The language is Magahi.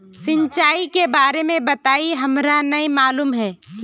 सिंचाई के बारे में बताई हमरा नय मालूम है?